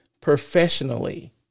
professionally